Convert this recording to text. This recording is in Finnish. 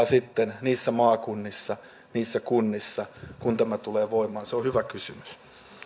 sitten maakunnissa kunnissa kun tämä tulee voimaan se on hyvä kysymys